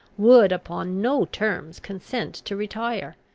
would upon no terms consent to retire.